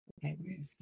Okay